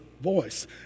voice